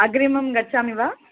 अग्रिमं गच्छामि वा